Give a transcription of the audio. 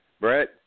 Brett